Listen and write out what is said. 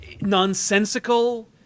nonsensical